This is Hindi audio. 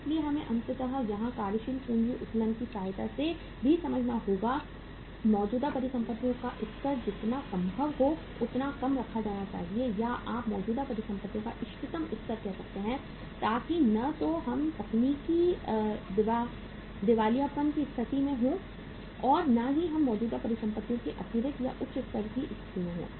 इसलिए हमें अंततः यहां कार्यशील पूंजी उत्तोलन की सहायता से भी समझना होगा मौजूदा परिसंपत्तियों का स्तर जितना संभव हो उतना कम रखा जाना चाहिए या आप मौजूदा परिसंपत्तियों का इष्टतम स्तर कह सकते हैं ताकि न तो हम तकनीकी दिवालियेपन की स्थिति में हों और न ही हम मौजूदा परिसंपत्तियों के अतिरिक्त या उच्च स्तर की स्थिति में हों